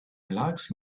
relax